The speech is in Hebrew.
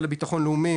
במשרד לבטחון לאומי,